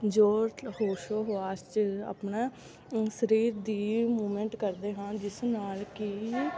ਜ਼ੋਰ ਹੋਸ਼ੋ ਹਵਾਸ਼ 'ਚ ਆਪਣਾ ਸਰੀਰ ਦੀ ਮੂਵਮੈਂਟ ਕਰਦੇ ਹਾਂ ਜਿਸ ਨਾਲ ਕਿ